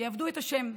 שיעבדו את השם.